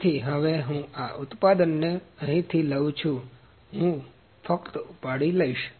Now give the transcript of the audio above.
તેથી હવે હું આ ઉત્પાદને અહીથી લઉં છું હું હું ફક્ત ઉપાડી લઈશ